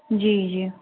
जी जी